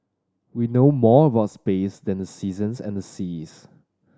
we know more about space than the seasons and the seas